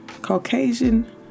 Caucasian